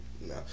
No